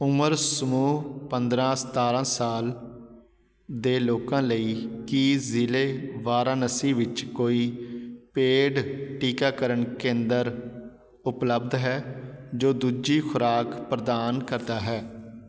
ਉਮਰ ਸਮੂਹ ਪੰਦਰਾਂ ਸਤਾਰਾਂ ਸਾਲ ਦੇ ਲੋਕਾਂ ਲਈ ਕੀ ਜ਼ਿਲ੍ਹੇ ਵਾਰਾਣਸੀ ਵਿੱਚ ਕੋਈ ਪੇਡ ਟੀਕਾਕਰਨ ਕੇਂਦਰ ਉਪਲਬਧ ਹੈ ਜੋ ਦੂਜੀ ਖੁਰਾਕ ਪ੍ਰਦਾਨ ਕਰਦਾ ਹੈ